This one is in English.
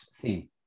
theme